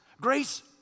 Grace